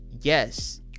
yes